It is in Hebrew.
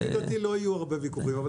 לפי דעתי לא יהיו הרבה ויכוחים אבל